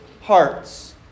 hearts